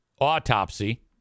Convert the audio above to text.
autopsy